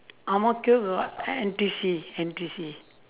ang mo kio got N_T_U_C N_T_U_C